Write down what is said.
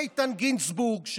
איתן גינזבורג,